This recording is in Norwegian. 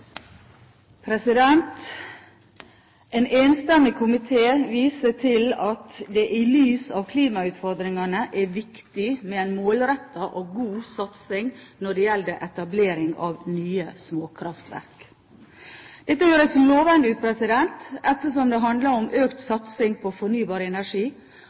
MW. En enstemmig komité viser til at det «i lys av klimautfordringene er viktig med en målrettet og god satsing når det gjelder etablering av nye småkraftverk». Dette høres lovende ut, ettersom det handler om økt satsing på fornybar energi